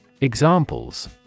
Examples